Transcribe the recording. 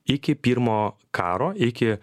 iki pirmo karo iki